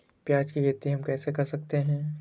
प्याज की खेती हम कैसे कर सकते हैं?